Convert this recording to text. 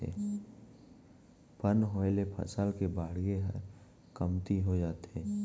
बन होय ले फसल के बाड़गे हर कमती हो जाथे